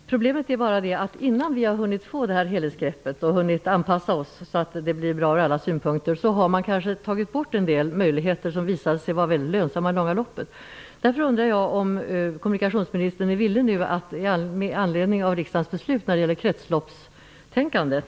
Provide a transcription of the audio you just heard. Herr talman! Problemet är bara det, att innan vi har hunnit få helhetsgreppet och anpassa oss så att det blir bra ur alla synpunkter har kanske en del möjligheter tagits bort som visade sig vara lönsamma i det långa loppet. Jag undrar därför om kommunikationsministern nu är villig, med anledning av riksdagens beslut när det gäller kretsloppstänkandet,